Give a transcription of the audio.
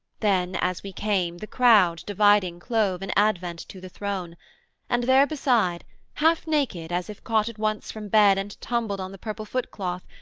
then, as we came, the crowd dividing clove an advent to the throne and therebeside, half-naked as if caught at once from bed and tumbled on the purple footcloth,